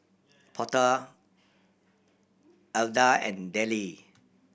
Porter Alda and Dellie